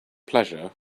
pleasure